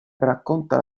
racconta